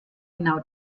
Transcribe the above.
genau